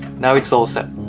now, it's all set.